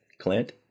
Clint